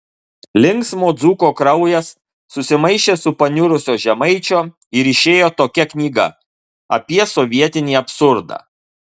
linksmo dzūko kraujas susimaišė su paniurusio žemaičio ir išėjo tokia knyga apie sovietinį absurdą